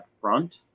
front